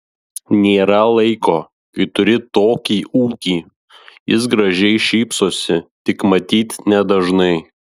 nėra laiko kai turi tokį ūkį jis gražiai šypsosi tik matyt nedažnai